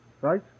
Right